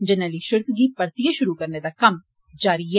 जरनैली सिड़का गी परतियै शुरु करने दा कम्म जारी ऐ